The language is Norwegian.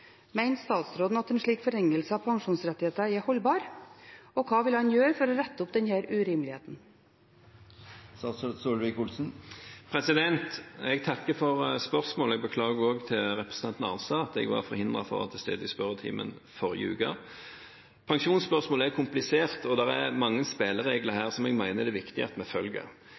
statsråden at en slik forringelse av pensjonsrettigheter er holdbar, og hva vil han gjøre for å rette opp denne urimeligheten?» Jeg takker for spørsmålet og beklager også overfor representanten Arnstad at jeg var forhindret fra å være til stede i spørretimen i forrige uke. Pensjonsspørsmål er komplisert, og her er det mange spilleregler som jeg mener det er viktig at vi følger. I forbindelse med